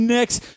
Next